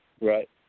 Right